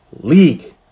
League